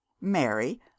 Mary